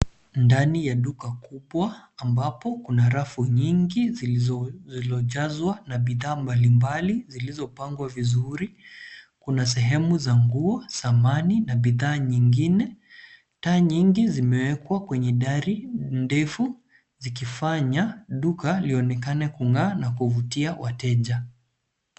Inside a supermarket where there are many shelves filled with various well-arranged products, there are sections for expensive clothes and other products, many lights are placed on the high ceiling, making the store look bright and attractive to customers.